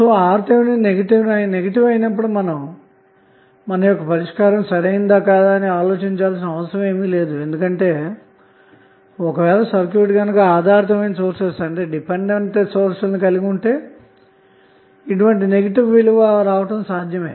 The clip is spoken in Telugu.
కాబట్టి RTh నెగిటివ్ అయినప్పుడు మీ పరిష్కారం సరి అయినదా కాదా అని ఆలోచించాల్సిన అవసరంలేదు ఎందుకంటె ఒక వేళ మీ సర్క్యూట్ గనక ఆధారితమైన సోర్స్ లను కలిగి ఉంటె ఇది సాధ్యమే